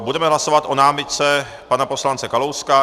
Budeme hlasovat o námitce pana poslance Kalouska.